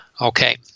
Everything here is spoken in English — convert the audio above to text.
Okay